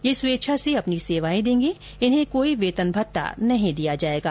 ये स्वेच्छा से अपनी सेवाएं देगें इन्हें कोई वेतन मत्ता नहीं दिया जाएगा